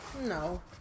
no